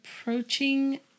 approaching